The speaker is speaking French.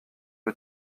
aux